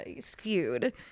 skewed